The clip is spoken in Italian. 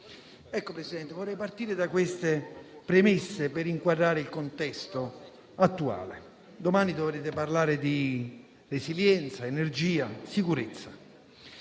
del Consiglio, vorrei partire da queste premesse, per inquadrare il contesto attuale. Domani dovrete parlare di resilienza, energia e sicurezza.